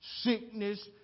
Sickness